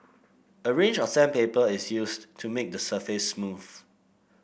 a range of sandpaper is used to make the surface smooth